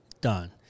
Done